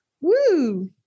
Woo